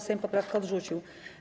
Sejm poprawkę odrzucił.